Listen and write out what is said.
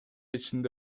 ичинде